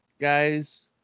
guys